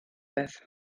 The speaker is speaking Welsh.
beth